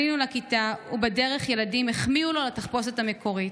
עלינו לכיתה ובדרך ילדים החמיאו לו על התחפושת המקורית.